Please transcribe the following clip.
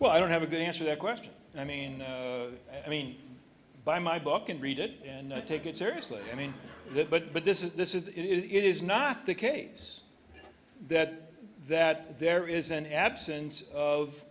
well i don't have a good answer that question and i mean i mean by my book and read it and take it seriously i mean that but but this is this is it is not the case that that there is an absence of